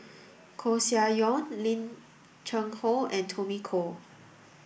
Koeh Sia Yong Lim Cheng Hoe and Tommy Koh